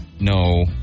No